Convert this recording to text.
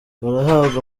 barahabwa